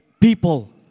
people